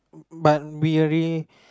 but we already